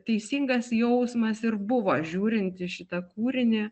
teisingas jausmas ir buvo žiūrint į šitą kūrinį